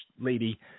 lady